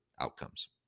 outcomes